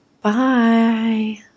bye